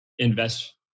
invest